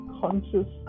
conscious